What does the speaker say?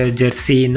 jersey